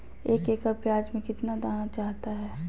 एक एकड़ प्याज में कितना दाना चाहता है?